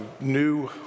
new